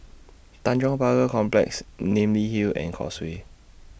Tanjong Pagar Complex Namly Hill and Causeway